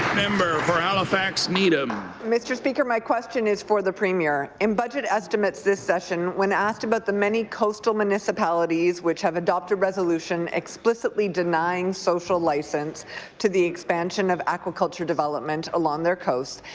member for halifax needham. mr. speaker, my question is for the premier. in budget estimates this session, when asked about the many coastal municipalities which have adopted resolution explicitly denying social licence to the expansion of aqua culture development along their coast,